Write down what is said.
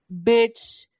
bitch